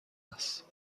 است